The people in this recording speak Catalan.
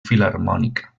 filharmònica